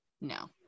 No